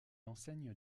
enseigne